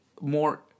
more